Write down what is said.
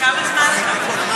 כמה זמן ייקח לכם?